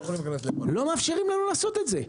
ולא מאפשרים לנו לעשות את זה.